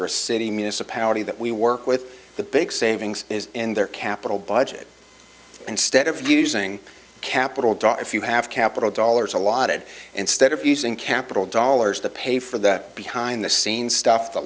or a city municipality that we work with the big savings and their capital budget and stead of using capital draw if you have capital dollars allotted instead of using capital dollars to pay for that behind the scenes stuff the